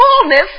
fullness